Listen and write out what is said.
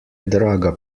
draga